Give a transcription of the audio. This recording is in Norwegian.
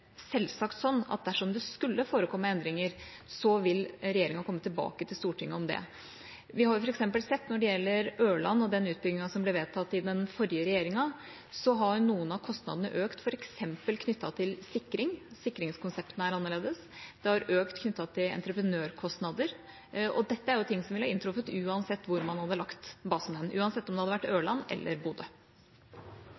selvsagt sånn at dersom det skulle forekomme endringer, vil regjeringa komme tilbake til Stortinget om det. Vi har f.eks. sett at når det gjelder Ørland og den utbyggingen som ble vedtatt under den forrige regjeringa, har noen av kostnadene økt, f.eks. knyttet til sikring, sikringskonseptene er annerledes, det har økt med tanke på entreprenørkostnader. Dette er jo ting som ville inntruffet uansett hvor hen man hadde lagt basen – uansett om det hadde vært